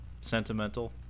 sentimental